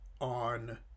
on